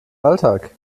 alltag